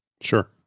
Sure